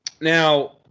Now